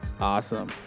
Awesome